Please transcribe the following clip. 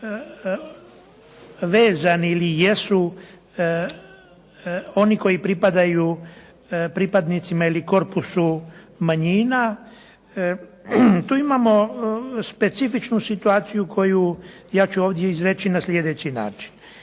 vezani ili jesu oni koji pripadaju pripadnicima ili korpusu manjina tu imamo specifičnu situaciju koju ja ću ovdje izreći na slijedeći način.